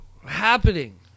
happening